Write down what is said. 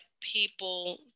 people